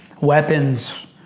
weapons